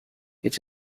its